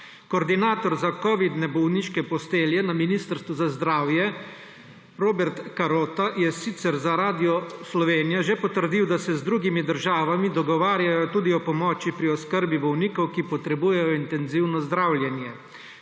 Koordinator za covidne bolniške postelje na Ministrstvu za zdravje Robert Carotta je sicer za Radio Slovenija že potrdil, da se z drugimi državami dogovarjajo tudi o pomoči pri oskrbi bolnikov, ki potrebujejo intenzivno zdravljenje.